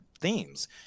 themes